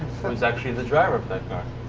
was actually the driver of that car.